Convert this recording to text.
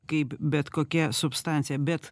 kaip bet kokia substancija bet